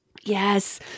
yes